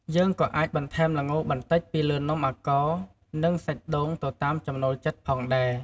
យើងក៏៏អាចបន្ថែមល្ងបន្តិចពីលើនំអាកោរ និងសាច់ដូងទៅតាមចំណូលចិត្តផងដែរ។